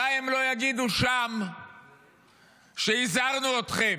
אולי הם לא יגידו שם שהזהרנו אתכם,